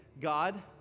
God